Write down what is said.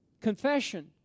Confession